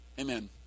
Amen